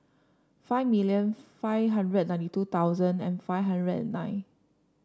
five million five hundred ninety two thousand and five hundred and nine